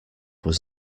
was